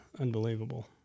unbelievable